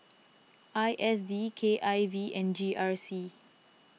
I S D K I V and G R C